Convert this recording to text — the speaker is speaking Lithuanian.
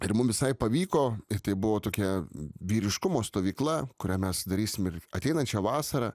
ir mum visai pavyko ir tai buvo tokia vyriškumo stovykla kurią mes darysim ir ateinančią vasarą